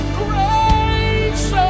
grace